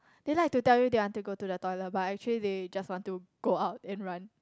they like to tell you they want to go to the toilet but actually they just want to go out and run